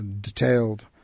detailed